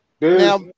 Now